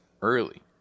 Early